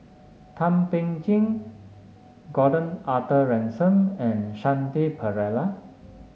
Thum Ping Tjin Gordon Arthur Ransome and Shanti Pereira